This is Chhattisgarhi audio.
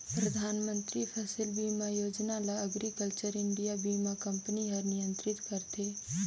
परधानमंतरी फसिल बीमा योजना ल एग्रीकल्चर इंडिया बीमा कंपनी हर नियंत्रित करथे